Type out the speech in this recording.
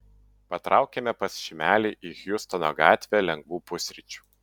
patraukėme pas šimelį į hjustono gatvę lengvų pusryčių